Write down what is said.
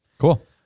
Cool